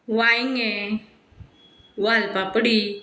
वांयगें वालपापडी